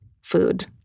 food